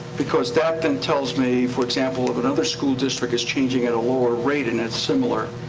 because that then tells me, for example, if another school district is changing at a lower rate and it's similar,